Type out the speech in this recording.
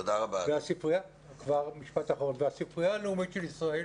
הספרייה הלאומית של ישראל